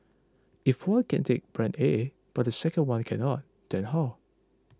if one can take brand A but the second one cannot then how